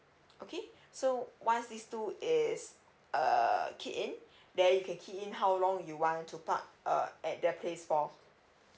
okay so once this two is err keyed in then you can key in how long you want to park uh at the place for